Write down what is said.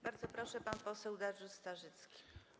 Bardzo proszę, pan poseł Dariusz Starzycki.